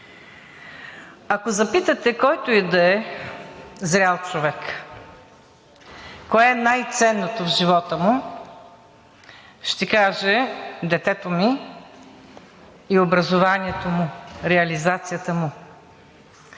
Ако запитате който и да е зрял човек кое е най-ценното в живота му, ще каже: „детето ми и образованието му, реализацията му“.